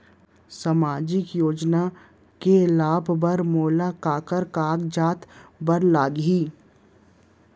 सामाजिक योजना के लाभ बर मोला काखर कागजात बर लागही?